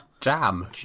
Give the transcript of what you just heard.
Jam